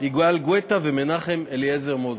יגאל גואטה ומנחם אליעזר מוזס.